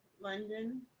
london